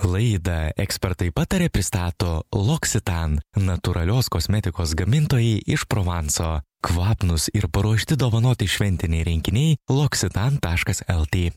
laidą ekspertai pataria pristato loccitane natūralios kosmetikos gamintojai iš provanso kvapnūs ir paruošti dovanoti šventiniai rinkiniai loccitane taškas lt